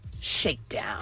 Shakedown